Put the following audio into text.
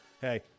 hey